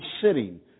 sitting